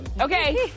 Okay